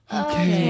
okay